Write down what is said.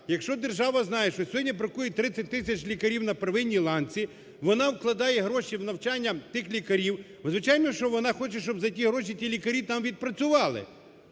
якщо держава знає, що сьогодні бракує 30 тисяч лікарів на первинній ланці, вона вкладає гроші в навчання тих лікарів, ну, звичайно, вона хоче, щоб за ті гроші ті лікарі там відпрацювали.